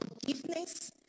forgiveness